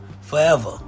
Forever